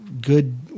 good –